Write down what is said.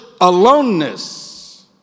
aloneness